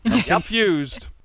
Confused